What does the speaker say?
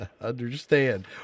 Understand